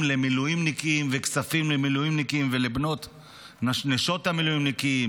למילואימניקים וכספים למילואימניקים ולנשות המילואימניקים,